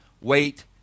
wait